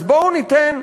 אז בואו ניתן,